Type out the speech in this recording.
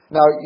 Now